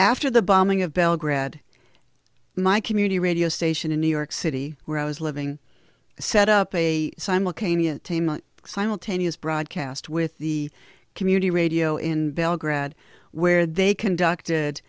after the bombing of belgrade my community radio station in new york city where i was living set up a simultaneous simultaneous broadcast with the community radio in belgrade where they conducted